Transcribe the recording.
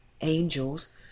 angels